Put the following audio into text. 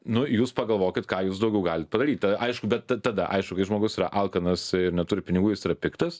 nu jūs pagalvokit ką jūs daugiau galit padaryt tai aišku bet ta tada aišku kai žmogus yra alkanas ir neturi pinigų jis yra piktas